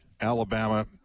Alabama